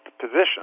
position